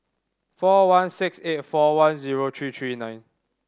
four one six eight four one zero three three nine